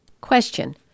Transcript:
Question